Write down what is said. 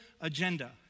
agenda